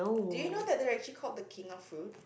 do you know that they're actually called the king of fruit